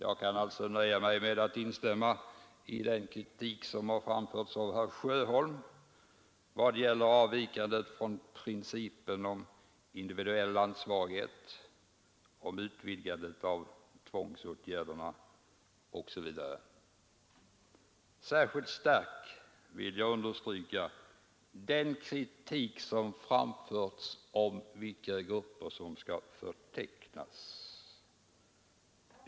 Jag kan alltså nöja mig med att instämma i den kritik som har framförts av herr Sjöholm vad gäller avvikandet från principen om individuell ansvarighet, om utvidgandet av tvångsåtgärderna osv. Särskilt starkt vill jag understryka den kritik som framförts när det gäller frågan om vilka grupper som skall förtecknas.